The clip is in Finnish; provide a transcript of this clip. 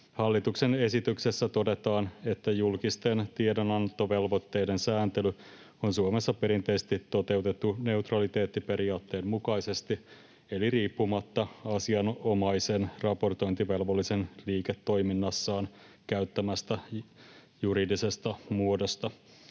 Hallituksen esityksessä todetaan, että julkisten tiedonantovelvoitteiden sääntely on Suomessa perinteisesti toteutettu neutraliteettiperiaatteen mukaisesti eli riippumatta asianomaisen raportointivelvollisen liiketoiminnassaan käyttämästä juridisesta muodosta.